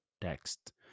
text